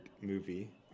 movie